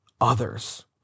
others